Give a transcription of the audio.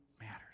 matters